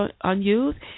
unused